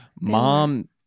mom